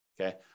Okay